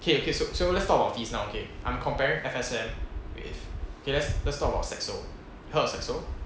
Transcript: okay okay so so let's talk about fees now okay I'm comparing F_S_M with okay let's let's talk about saxo you heard of saxo